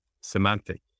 semantic